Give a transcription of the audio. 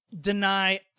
deny